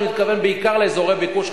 אני מתכוון בעיקר לאזורי ביקוש,